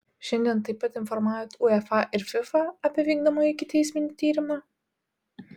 šiandien taip pat informavote uefa ir fifa apie vykdomą ikiteisminį tyrimą